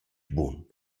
bun